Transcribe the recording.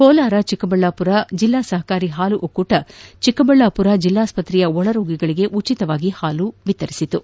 ಕೋಲಾರ ಚಿಕ್ಕಬಳ್ಳಾಪುರ ಜಿಲ್ಲಾ ಸಹಕಾರಿ ಹಾಲು ಒಕ್ಕೂಟವು ಚಿಕ್ಕಬಳ್ದಾಮರ ಜಿಲ್ಲಾಸ್ತತೆಯ ಒಳರೋಗಿಗಳಿಗೆ ಉಚಿತವಾಗಿ ಹಾಲನ್ನು ವಿತರಿಸಿತು